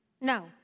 No